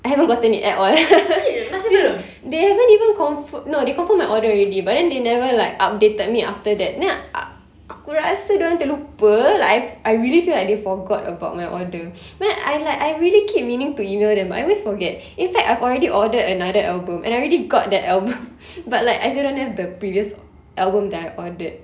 I haven't gotten it at all they haven't even confirm no they confirmed my order already but then they never like updated me after that a~ aku rasa dia orang terlupa like I really feel like they forgot about my order but then I like I really keep meaning to email them I always forget in fact I've already ordered another album and I already got that album but like I still don't have the previous album that I ordered